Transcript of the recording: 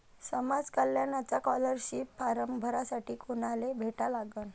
समाज कल्याणचा scholarship form भरासाठी कुनाले भेटा लागन?